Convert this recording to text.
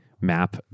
map